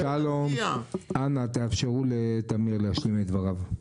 שלום אנא תאפשרו לתמיר להשלים את דבריו.